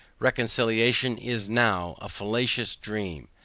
reconciliation is now a falacious dream.